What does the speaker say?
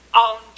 on